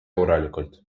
korralikult